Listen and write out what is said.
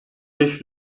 beş